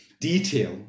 detail